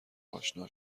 آشنا